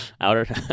Outer